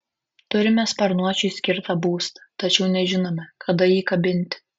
turime sparnuočiui skirtą būstą tačiau nežinome kada jį kabinti